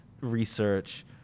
research